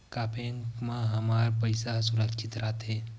का बैंक म हमर पईसा ह सुरक्षित राइथे?